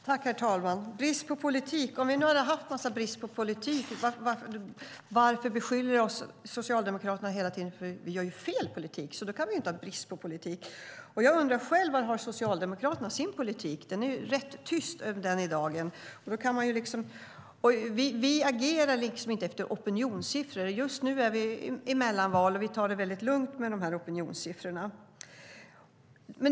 Herr talman! Hannah Bergstedt säger att det är brist på politik. Om vi hade haft brist på politik, varför beskyller i så fall Socialdemokraterna oss hela tiden för att vi har fel politik? Då kan vi inte ha brist på politik. Jag undrar var Socialdemokraterna har sin politik? Det är rätt tyst om den. Vi agerar inte efter opinionssiffror. Just nu är vi mellan val, och vi tar mycket lugnt på dessa opinionssiffror.